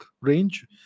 range